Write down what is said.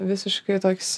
visiškai toks